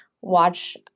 watch